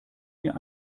mir